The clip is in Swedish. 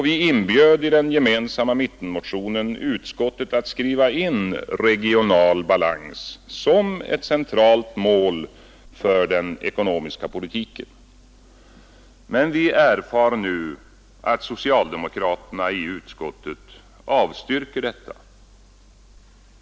Vi inbjöd i den gemensamma mittenmotionen utskottet att skriva in regional balans som ett centralt mål för den ekonomiska politiken, men vi erfar nu att socialdemokraterna i utskottet avstyrker detta.